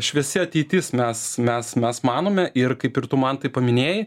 šviesi ateitis mes mes mes manome ir kaip ir tu mantai paminėjai